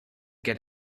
get